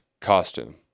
Costume